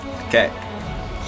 Okay